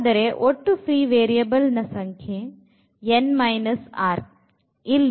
ಹಾಗಾದರೆ ಒಟ್ಟು free variable ನ ಸಂಖ್ಯೆ n r